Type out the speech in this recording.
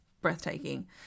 breathtaking